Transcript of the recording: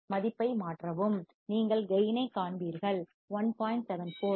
மதிப்பை மாற்றவும் நீங்கள் கேயின் ஐக் காண்பீர்கள் 1